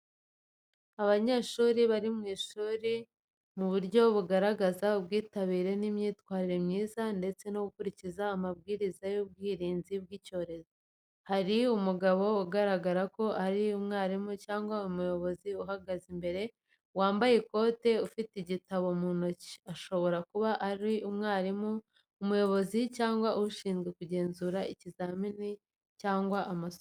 Abanyeshuri bari mu ishuri mu buryo bugaragaza ubwitabire n’imyitwarire myiza, ndetse no gukurikiza amabwiriza y’ubwirinzi bw’icyorezo. Hari umugabo bigaragara ko ari umwarimu cyangwa umuyobozi uhagaze imbere, wambaye ikoti, ufite igitabo mu ntoki. Ashobora kuba ari umwarimu, umuyobozi, cyangwa ushinzwe kugenzura ikizamini cyangwa amasomo.